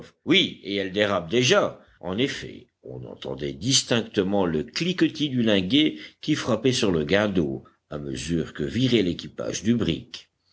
oui et elle dérape déjà en effet on entendait distinctement le cliquetis du linguet qui frappait sur le guindeau à mesure que virait l'équipage du brick